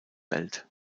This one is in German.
welt